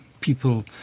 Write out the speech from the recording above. people